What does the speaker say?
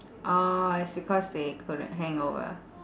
ah it's because they got a hangover